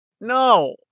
No